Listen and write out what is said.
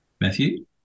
Matthew